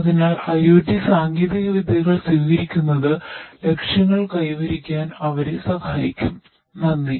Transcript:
അതിനാൽ IoT സാങ്കേതികവിദ്യകൾ സ്വീകരിക്കുന്നത് ലക്ഷ്യങ്ങൾ കൈവരിക്കാൻ അവരെ സഹായിക്കും നന്ദി